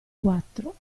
quattro